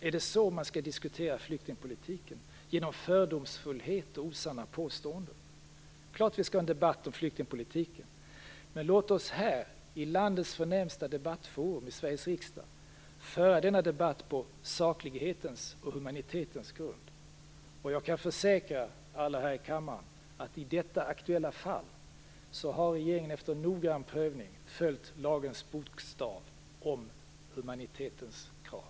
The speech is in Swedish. Är det så man skall diskutera flyktingpolitiken, genom fördomsfullhet och osanna påståenden? Det är klart att vi skall ha en debatt om flyktingpolitiken. Men låt oss här, i landets förnämsta debattforum, i Sverige riksdag, föra denna debatt på saklighetens och humanitetens grund. Jag kan försäkra alla här i kammaren, att i detta aktuella fall har regeringen efter noggrann prövning följt lagens bokstav om humanitetens krav.